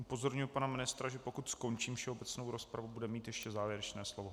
Upozorňuji pana ministra, že pokud skončím všeobecnou rozpravu, bude mít ještě závěrečné slovo.